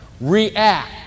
react